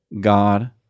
God